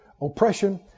oppression